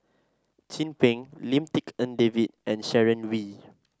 Chin Peng Lim Tik En David and Sharon Wee